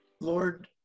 Lord